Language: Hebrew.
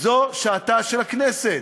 זו שעתה של הכנסת.